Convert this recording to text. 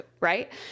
right